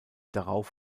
darauf